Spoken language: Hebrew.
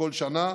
כל שנה,